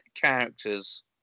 characters